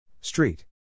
Street